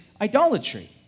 idolatry